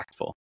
impactful